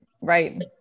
right